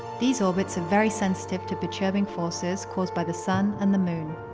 these orbits are very sensitive to perturbing forces caused by the sun and the moon.